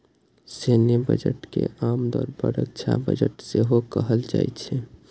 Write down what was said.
सैन्य बजट के आम तौर पर रक्षा बजट सेहो कहल जाइ छै